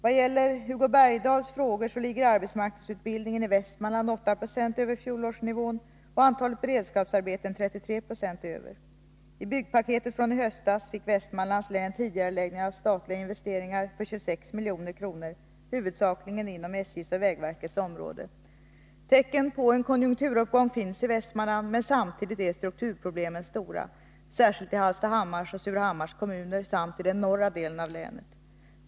Vad gäller Hugo Bergdahls frågor vill jag säga att arbetsmarknadsutbildningen i Västmanland ligger 8 76 och antalet beredskapsarbeten 33 6 över fjolårsnivån. I byggpaketet från i höstas fick Västmanlands län tidigareläggningar av statliga investeringar för 26 milj.kr., huvudsakligen inom SJ:s och vägverkets områden. Tecken på en konjunkturuppgång finns i Västmanland, men samtidigt är strukturproblemen stora, särskilt i Hallstahammars och Surahammars kommuner samt i den norra delen av länet.